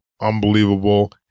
unbelievable